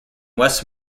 west